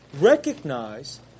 Recognize